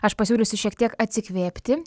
aš pasiūlysiu šiek tiek atsikvėpti